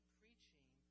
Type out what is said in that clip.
preaching